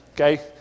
okay